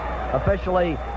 officially